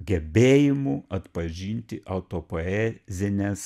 gebėjimu atpažinti autopoezines